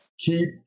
keep